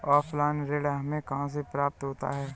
Offline ऋण हमें कहां से प्राप्त होता है?